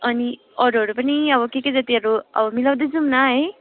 अब अरूहरू पनि अब के के जातिहरू अब मिलाउँदै जाउँ न है